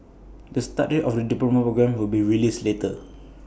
the start date of the diploma programme will be released later